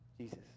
Jesus